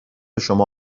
شما